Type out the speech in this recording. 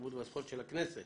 התרבות והספורט של הכנסת,